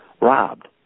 robbed